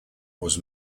was